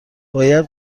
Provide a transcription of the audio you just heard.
باید